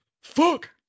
Fuck